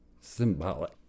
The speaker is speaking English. symbolic